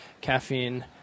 caffeine